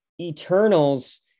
eternals